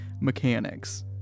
Mechanics